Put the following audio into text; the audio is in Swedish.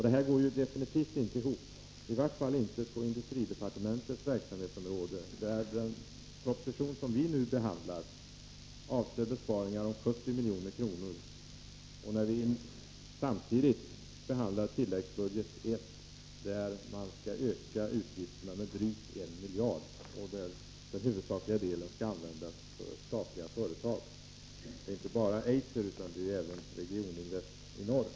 Det går absolut inte ihop —-i varje fall inte på industridepartementets verksamhetsområde. Den del av propositionen som vi nu behandlar avser besparingar om 70 milj.kr. Samtidigt behandlar vi tilläggsbudget I, där man vill öka utgifterna med drygt 1 miljard. Den huvudsakliga delen av denna miljard skall användas för statliga företag. Det gäller ju inte bara Eiser, utan även Regioninvest i Norr.